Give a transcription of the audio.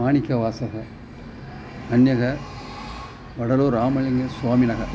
माणिक्यवाचः अन्यः वडलूरु रामळिङ्ग स्वामिनः